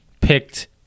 picked